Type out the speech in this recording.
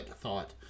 Thought